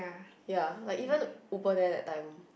ya like even Uber there that time